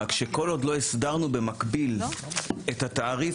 רק שכל עוד לא הסדרנו במקביל את התעריף